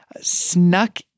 Snuck